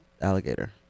alligator